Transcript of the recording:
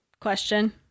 question